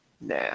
Nah